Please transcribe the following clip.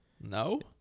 No